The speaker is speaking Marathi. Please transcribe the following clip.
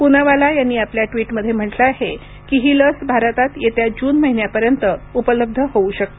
पूनावाला यांनी आपल्या ट्वीटमध्ये म्हटले आहे की ही लस भारतात येत्या जून महिन्यापर्यंत उपलब्ध होऊ शकते